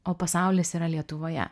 o pasaulis yra lietuvoje